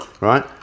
Right